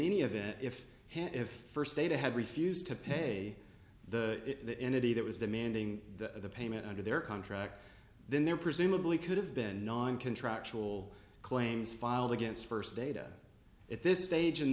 any event if hanif first data had refused to pay the entity that was demanding the payment under their contract then there presumably could have been nine contractual claims filed against first data at this stage in